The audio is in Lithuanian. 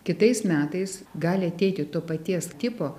kitais metais gali ateiti to paties tipo